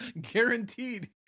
Guaranteed